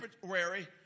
temporary